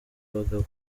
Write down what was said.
abagabo